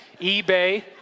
eBay